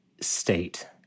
state